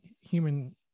human